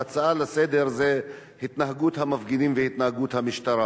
ההצעה לסדר-היום היא על התנהגות המפגינים והתנהגות המשטרה.